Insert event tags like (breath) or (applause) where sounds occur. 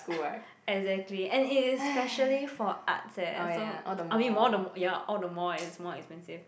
(breath) exactly and it is specially for arts eh so (noise) I mean more the ya all the more it is more expensive